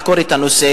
לחקור את הנושא,